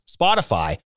Spotify